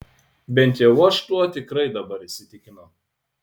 bent jau aš tuo tikrai dabar įsitikinau